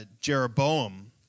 Jeroboam